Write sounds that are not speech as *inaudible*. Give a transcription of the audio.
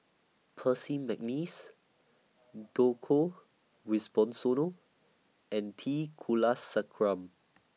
Percy Mcneice Djoko *unintelligible* and T Kulasekaram